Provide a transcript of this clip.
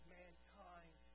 mankind